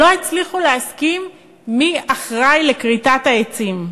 לא הצליחו להסכים מי אחראי לכריתת העצים.